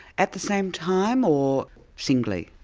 at the same time, or singly?